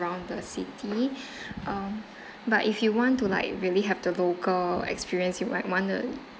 ~ound the city um but if you want to like really have the local experience you might want to